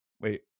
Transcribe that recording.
Wait